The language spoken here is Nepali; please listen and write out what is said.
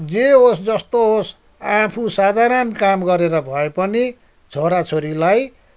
जे होस् जस्तो होस् आफू साधारण काम गरेर भए पनि छोरा छोरीलाई